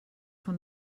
von